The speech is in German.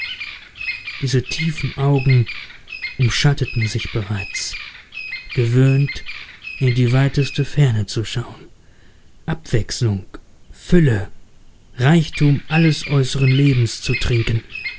diese tiefen augen umschatteten sich bereits gewöhnt in die weiteste ferne zu schauen abwechslung fülle reichtum alles äußeren lebens zu trinken